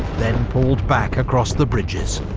then pulled back across the bridges.